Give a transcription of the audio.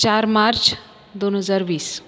चार मार्च दोन हजार वीस